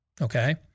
okay